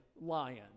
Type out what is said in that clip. lion